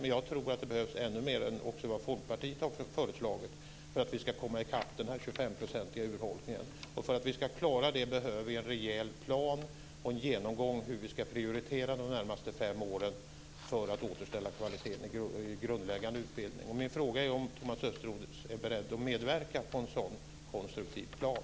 Men jag tror att det behövs ännu mer än vad Folkpartiet har föreslagit för att vi ska kamma i kapp den här 25-procentiga urholkningen. Och för att vi ska klara det behöver vi en rejäl plan och en genomgång av hur vi ska prioritera under de närmaste fem åren för att återställa kvaliteten i grundläggande utbildning. Min fråga är om Thomas Östros är beredd att medverka till en sådan konstruktiv plan.